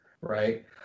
right